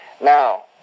now